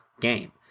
game